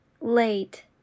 late